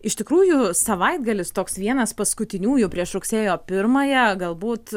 iš tikrųjų savaitgalis toks vienas paskutiniųjų prieš rugsėjo pirmąją galbūt